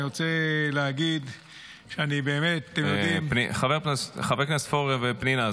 אני רוצה להגיד שאני באמת --- חברי הכנסת פורר ופנינה,